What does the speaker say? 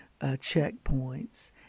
checkpoints